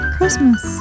Christmas